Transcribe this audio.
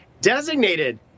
designated